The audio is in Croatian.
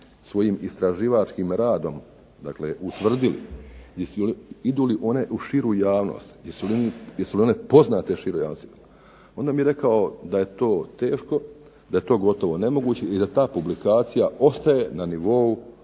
svojim istraživačkim radom, dakle utvrdili idu li one u širu javnost, jesu li one poznate široj javnosti. Onda mi je rekao da je to teško, da je to gotovo nemoguće i da ta publikacija ostaje na nivou